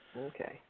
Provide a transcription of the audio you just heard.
Okay